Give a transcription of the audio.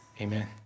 Amen